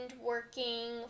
working